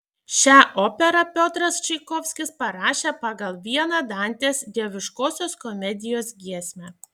šią operą piotras čaikovskis parašė pagal vieną dantės dieviškosios komedijos giesmę